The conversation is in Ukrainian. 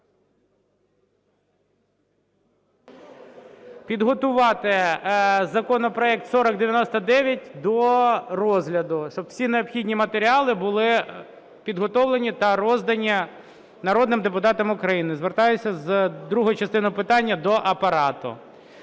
підготувати законопроект 4099 до розгляду. Щоб всі необхідні матеріали були підготовлені та роздані народним депутатам України. Звертаюсь з другою частиною питання до Апарату.